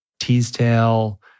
Teasdale